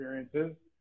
experiences